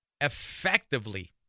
effectively